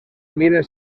miren